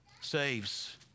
saves